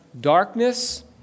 Darkness